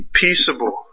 peaceable